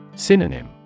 Synonym